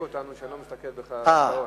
אותנו ואני לא מסתכל בכלל על השעון.